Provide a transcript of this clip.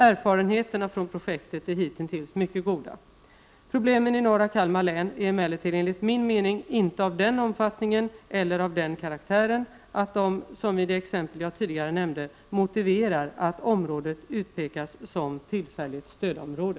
Erfarenheterna från projektet är hittills mycket goda. Problemen i norra Kalmar län är emellertid enligt min mening inte av den omfattningen eller av den karaktären att de, som i de exempel jag tidigare nämnde, motiverar att området utpekas som tillfälligt stödområde.